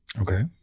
Okay